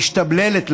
משתבללת לה,